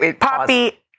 Poppy